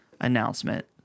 announcement